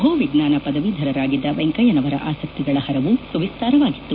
ಭೂವಿಜ್ಞಾನ ಪದವೀಧರರಾಗಿದ್ದ ವೆಂಕಯ್ಯನವರ ಆಸಕ್ತಿಗಳು ಹರವು ಸುವಿಸ್ತಾರವಾಗಿತ್ತು